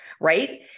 Right